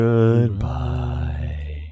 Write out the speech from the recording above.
Goodbye